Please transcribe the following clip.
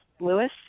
Lewis